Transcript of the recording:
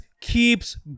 keeps